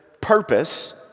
purpose